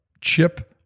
chip –